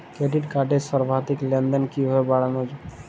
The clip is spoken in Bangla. ক্রেডিট কার্ডের সর্বাধিক লেনদেন কিভাবে বাড়াবো?